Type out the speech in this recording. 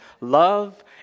love